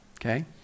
Okay